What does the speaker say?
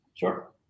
Sure